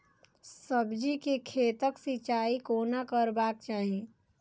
सब्जी के खेतक सिंचाई कोना करबाक चाहि?